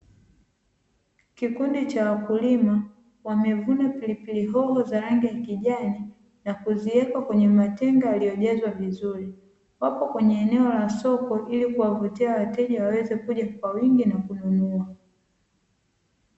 Kikundi cha wakulima wamevuna pilipili hoho za rangi ya kijani na kuziweka kwenye matenga yaliyojazwa vizuri, wapo kwenye eneo la soko ili kuwavutia wateja wawezekuja kwa wingi na kununua.